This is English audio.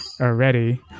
already